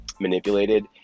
manipulated